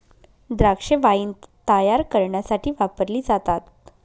द्राक्षे वाईन तायार करण्यासाठी वापरली जातात